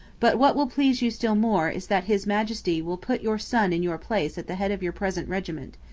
but what will please you still more is that his majesty will put your son in your place at the head of your present regiment.